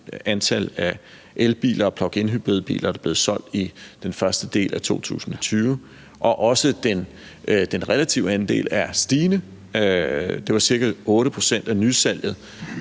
antal elbiler og pluginhybridbiler, der er blevet solgt i den første del af 2020, og også den relative andel er stigende – ca. 8 pct. af nysalget